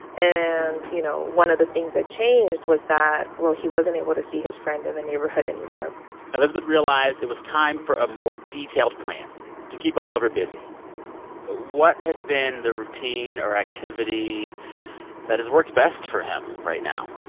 and, you know, one of the things that changed was that, well, he wasn't able to see his friend in and the neighborhood anymore elizabeth realized it was time for a more detailed plan to keep oliver busy what has been the routine or activity that has worked best for him right now?